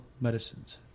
medicines